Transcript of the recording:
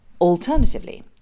Alternatively